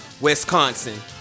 Wisconsin